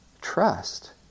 trust